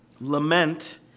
Lament